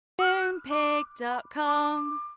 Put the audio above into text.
Moonpig.com